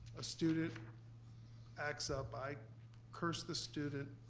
a student acts up, i curse the student,